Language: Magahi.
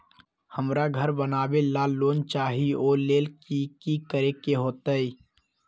हमरा घर बनाबे ला लोन चाहि ओ लेल की की करे के होतई?